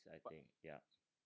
I think ya